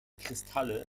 kristalle